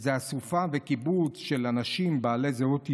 איזה אסופה וקיבוץ של אנשים בעלי זהות יהודית,